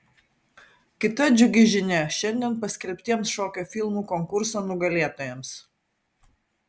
kita džiugi žinia šiandien paskelbtiems šokio filmų konkurso nugalėtojams